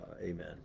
amen